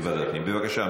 בבקשה.